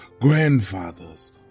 grandfathers